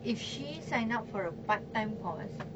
if she sign up for a part time course